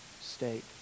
state